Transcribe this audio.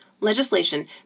legislation